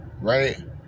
right